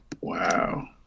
Wow